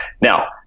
Now